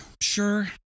Sure